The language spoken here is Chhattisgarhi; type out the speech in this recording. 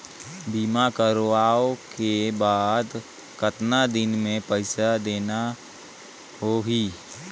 बीमा करवाओ के बाद कतना दिन मे पइसा देना हो ही?